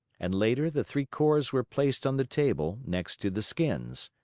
and later the three cores were placed on the table next to the skins.